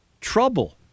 trouble